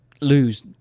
lose